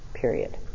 Period